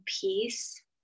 peace